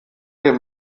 den